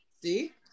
See